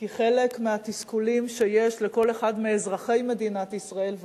כי חלק מהתסכולים שיש לכל אחד מאזרחי מדינת ישראל,